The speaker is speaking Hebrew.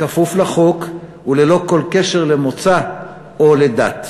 בכפוף לחוק וללא כל קשר למוצא או לדת.